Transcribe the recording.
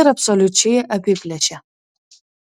ir absoliučiai apiplėšė